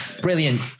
Brilliant